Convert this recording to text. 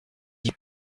d’y